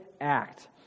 act